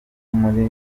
muri